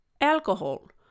alcohol